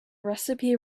recipe